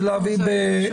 תודה רבה.